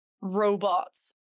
Robots